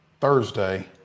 Thursday